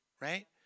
right